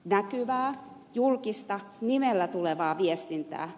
näkyvää julkista nimellä tulevaa viestintää